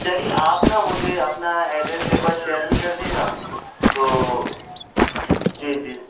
چلیے آپ نا مجھے اپنا ایڈریس ایک بار شیئر بھی کر دیے گا تو جی جی